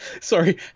sorry